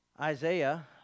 Isaiah